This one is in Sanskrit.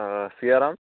आ सियाराम